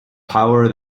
power